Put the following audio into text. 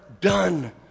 done